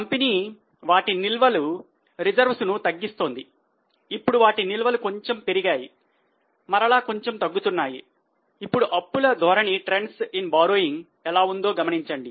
company వాటి నిల్వలు ఎలా ఉందో గమనించండి